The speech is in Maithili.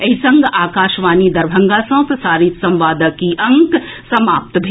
एहि संग आकाशवाणी दरभंगा सँ प्रसारित संवादक ई अंक समाप्त भेल